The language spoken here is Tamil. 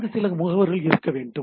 அங்கு சில முகவர்கள் இருக்க வேண்டும்